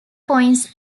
points